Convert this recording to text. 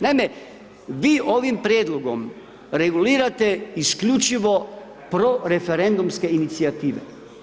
Naime, vi ovim prijedlogom, regulirate isključivo pro referendumske inicijative.